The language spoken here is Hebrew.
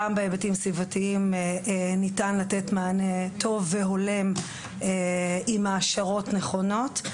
גם בהיבטים הסביבתיים ניתן לתת מענה טוב והולם עם העשרות נכונות.